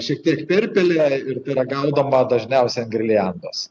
šiek tiek pirpilę ir yra gaudoma dažniausiai ant girliandos